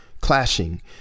clashing